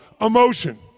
Emotion